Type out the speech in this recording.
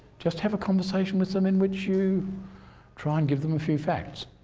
just have a conversation with them in which you try and give them a few facts.